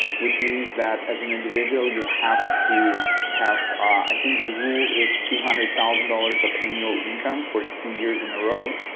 which means that as an individual you have to have i think the rule is two hundred thousand dollars of annual income for two years in a row,